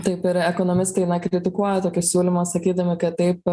taip ir ekonomistai na kritikuoja tokį siūlymą sakydami kad taip